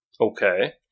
Okay